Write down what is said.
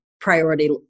priority